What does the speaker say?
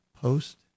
post